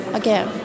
again